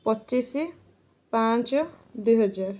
ପଚିଶ ପାଞ୍ଚ ଦୁଇ ହଜାର